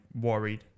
worried